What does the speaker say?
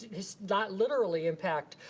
not literally impact.